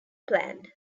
planned